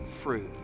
fruit